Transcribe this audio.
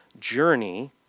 journey